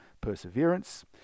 Perseverance